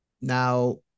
now